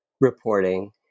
reporting